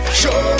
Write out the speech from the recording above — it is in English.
show